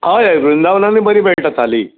हय हय वृंदावनानूय बरी मेळटा थाली